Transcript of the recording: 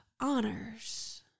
honors